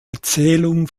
erzählung